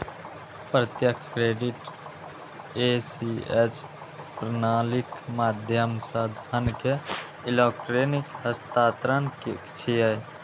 प्रत्यक्ष credit ACH प्रणालीक माध्यम सं धन के इलेक्ट्रिक हस्तांतरण छियै